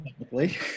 technically